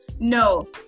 No